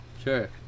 sure